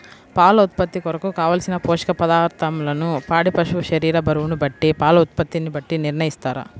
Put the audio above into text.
పాల ఉత్పత్తి కొరకు, కావలసిన పోషక పదార్ధములను పాడి పశువు శరీర బరువును బట్టి పాల ఉత్పత్తిని బట్టి నిర్ణయిస్తారా?